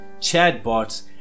chatbots